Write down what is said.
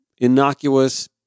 innocuous